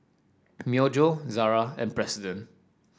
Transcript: Myojo Zara and President